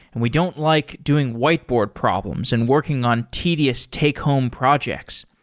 and we don't like doing whiteboard problems and working on tedious take home projects.